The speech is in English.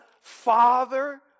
Father